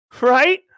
right